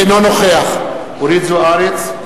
אינו נוכח אורית זוארץ,